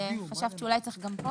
חשבת שאולי צריך גם כאן.